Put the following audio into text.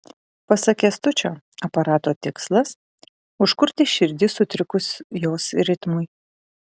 pasak kęstučio aparato tikslas užkurti širdį sutrikus jos ritmui